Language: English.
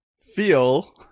Feel